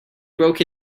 broke